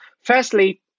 Firstly